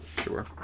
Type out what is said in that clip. Sure